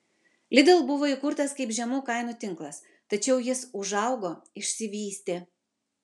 lidl buvo įkurtas kaip žemų kainų tinklas tačiau jis užaugo išsivystė